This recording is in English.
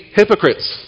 hypocrites